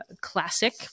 classic